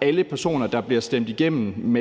alle personer, der bliver stemt igennem